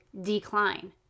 decline